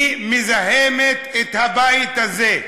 היא מזהמת את הבית הזה.